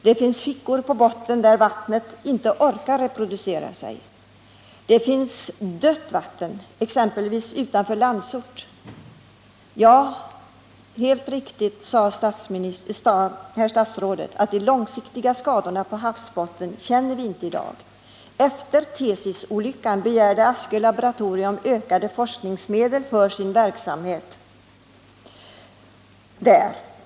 Det finns fickor på botten där vattnet inte orkar att reproducera sig. Det finns dött vatten, exempelvis utanför Landsort. Helt riktigt sade herr statsrådet att vi i dag inte känner till de långsiktiga skadorna på havsbotten. Efter Tsesisolyckan begärde Askö laboratorium ökade forskningsmedel för sin verksamhet där.